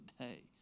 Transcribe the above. day